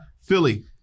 Philly